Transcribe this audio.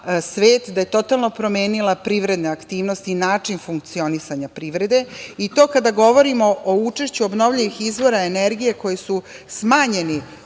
da je totalno promenila privredne aktivnosti i način funkcionisanja privrede i to kada govorimo o učešću obnovljivih izvora energije, koji su smanjeni